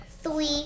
Three